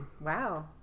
Wow